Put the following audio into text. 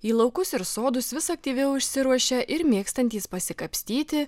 į laukus ir sodus vis aktyviau išsiruošia ir mėgstantys pasikapstyti